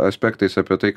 aspektais apie tai